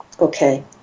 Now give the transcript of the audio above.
Okay